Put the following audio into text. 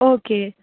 okay